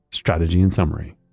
strategy and summary.